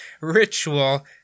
ritual